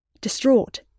Distraught